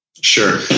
Sure